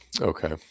Okay